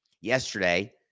Yesterday